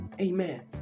Amen